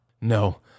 No